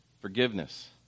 Forgiveness